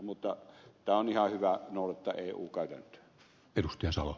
mutta on ihan hyvä noudattaa eu käytäntöä